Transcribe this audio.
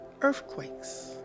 earthquakes